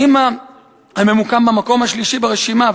"הממוקם במקום השלישי ברשימה",